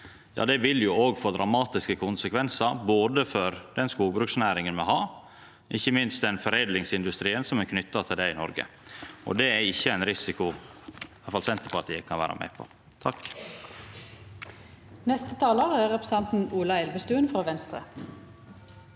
er, vil òg få dramatiske konsekvensar for den skogbruksnæringa me har, ikkje minst for den foredlingsindustrien som er knytt til det i Noreg. Det er ikkje ein risiko som Senterpartiet kan vera med på.